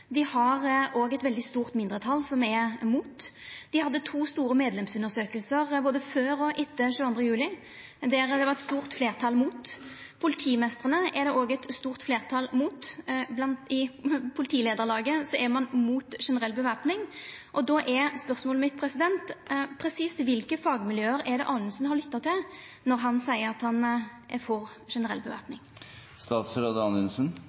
eit stort mindretal som er mot. Dei hadde to store medlemsundersøkingar, både før og etter 22. juli, der det var eit stort fleirtal mot. Blant politimeistrane er det òg eit stort fleirtal mot, og i Norges Politilederlag er ein mot generell væpning. Spørsmålet mitt er: Presist kva for nokre fagmiljø er det Anundsen har lytta til når han seier at han er for generell